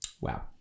Wow